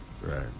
right